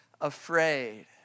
afraid